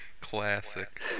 Classic